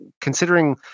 considering